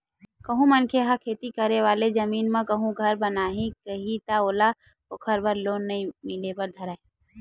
कहूँ मनखे ह खेती करे वाले जमीन म कहूँ घर बनाहूँ कइही ता ओला ओखर बर लोन नइ मिले बर धरय